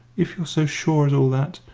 if you are so sure as all that,